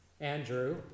Andrew